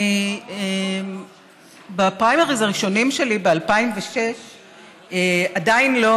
בפריימריז הראשונים שלי ב-2006 עדיין לא